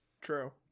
True